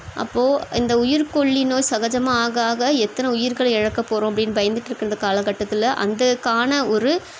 அப்போ இந்த உயிர்க்கொல்லி நோய் சகஜமாக ஆக ஆக எத்தனை உயிர்களை இழக்கப் போகறோம் அப்படின்னு பயந்துகிட்டு இருக்கிற இந்த காலக்கட்டத்தில் அதற்கான ஒரு